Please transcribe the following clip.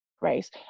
race